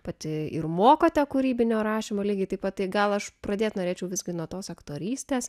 pati ir mokote kūrybinio rašymo lygiai taip pat tai gal aš pradėt norėčiau visgi nuo tos aktorystės